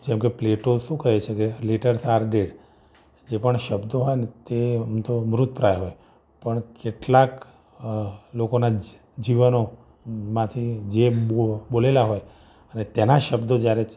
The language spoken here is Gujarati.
જેમકે પ્લેટો શું કહે છે કે લેટર્સ આર ડૅડ જે પણ શબ્દો હોય ને તે આમતો મૃતપ્રાય હોય પણ કેટલાક લોકોનાં જીવનોમાંથી જે બો બોલેલા હોય અને તેના શબ્દો જયારે